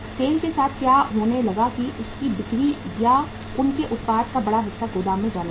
cell के साथ क्या होने लगा कि उनकी बिक्री या उनके उत्पादन का बड़ा हिस्सा गोदाम में जाने लगा